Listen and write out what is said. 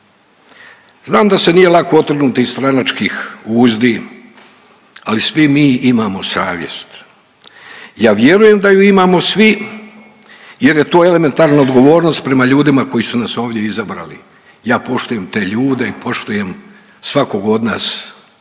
Znam da se nije lako otrgnuti stranačkih uzdi, ali svi mi imamo savjest. Ja vjerujem da ju imamo svi jer je to elementarna odgovornost prema ljudima koji su nas ovdje izabrali. Ja poštujem te ljude, poštujem svakog od nas koji